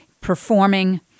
performing